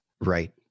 Right